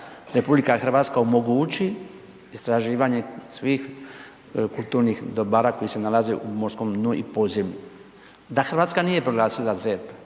ispod ZERP-a RH omogući istraživanje svih kulturnih dobara koji se nalaze u morskom dnu i podzemlju. Da Hrvatska nije proglasila ZERP